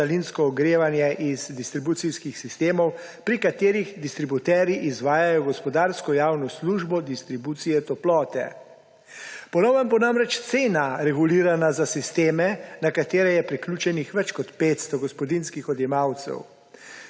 za daljinsko ogrevanje iz distribucijskih sistemov, pri katerih distributerji izvajajo gospodarsko javno službo distribucije toplote. Po novem bo namreč cena regulirana za sisteme, na katere je priključenih več kot 500 gospodinjski odjemalcev.